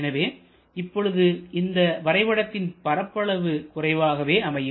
எனவே இப்பொழுதும் இந்த வரைபடத்தின் பரப்பளவு குறைவாகவே அமையும்